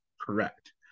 correct